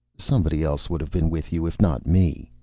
somebody else would have been with you, if not me,